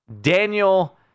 Daniel